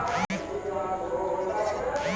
झड़की रोग एक से दुसरो पौधा मे बहुत तेजी से पकड़ी रहलो छै